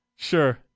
Sure